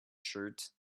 shirt